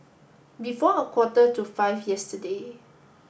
before a quarter to five yesterday